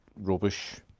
rubbish